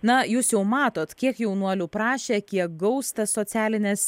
na jūs jau matot kiek jaunuolių prašė kiek gaus tas socialines